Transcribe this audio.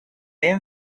been